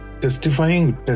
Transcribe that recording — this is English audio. testifying